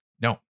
no